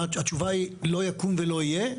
התשובה היא לא יקום ולא יהיה?